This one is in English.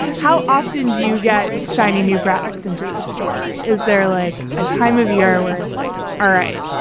how often do you get shiny new products into the the store? is there like a time of year where it's like, all right,